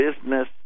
business